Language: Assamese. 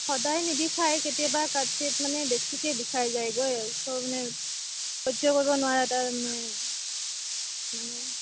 অ' সদায় নিবিষায় কেতিয়াবা কাৎচিৎ মানে বেছিকে বিষায় যায়গৈ আৰু ছ' তাই মানে সহ্য কৰিব নোৱাৰে তাই মানে মানে